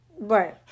Right